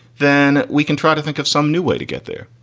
then we can try to think of some new way to get there.